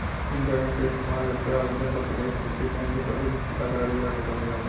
internet क इस्तेमाल करके आवेदन पत्र क स्थिति कहीं भी कभी भी पता करल जा सकल जाला